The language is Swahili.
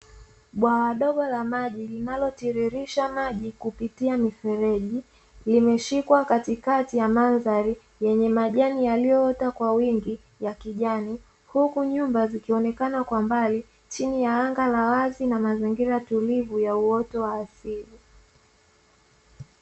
Bwawa dogo la maji linalotiririsha maji kupitia mifereji, limeshikwa katikati ya mandhari yenye majani yaliyoota kwa wingi ya kijani. Huku nyumba zikionekana kwa mbali, chini ya anga la wazi na mazingira tulivu ya uoto wa asili.